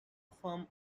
firm